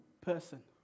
person